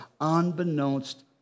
unbeknownst